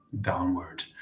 downward